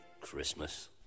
Christmas